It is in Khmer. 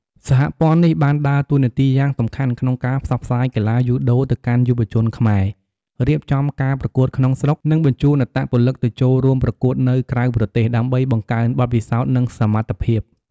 សហព័ន្ធនេះបានដើរតួនាទីយ៉ាងសំខាន់ក្នុងការផ្សព្វផ្សាយកីឡាយូដូទៅកាន់យុវជនខ្មែរ រៀបចំការប្រកួតក្នុងស្រុក និងបញ្ជូនអត្តពលិកទៅចូលរួមប្រកួតនៅក្រៅប្រទេស ដើម្បីបង្កើនបទពិសោធន៍ និងសមត្ថភាព ។